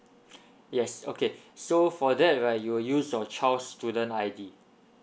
yes okay so for that right you will use your child's student I_D